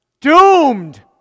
doomed